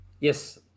Yes